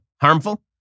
harmful